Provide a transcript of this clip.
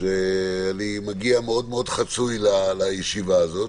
אני מגיע מאוד חצוי לישיבה הזאת,